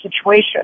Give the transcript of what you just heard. situation